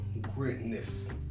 greatness